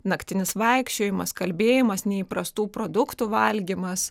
naktinis vaikščiojimas kalbėjimas neįprastų produktų valgymas